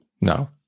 no